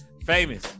Famous